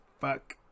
fuck